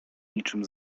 niczym